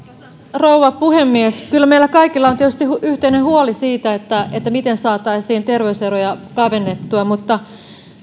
rouva puhemies kyllä meillä kaikilla on tietysti yhteinen huoli siitä miten saataisiin terveyseroja kavennettua mutta